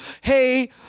hey